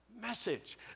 message